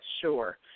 sure